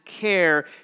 care